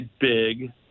big